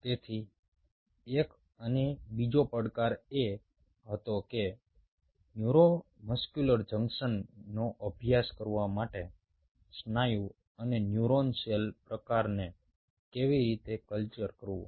તેથી એક અને બીજો પડકાર એ હતો કે ન્યુરોમસ્ક્યુલર જંકશનનો અભ્યાસ કરવા માટે સ્નાયુ અને ન્યુરોન સેલ પ્રકારને કેવી રીતે કલ્ચર કરવું